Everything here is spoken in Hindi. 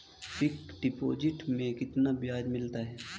फिक्स डिपॉजिट में कितना ब्याज मिलता है?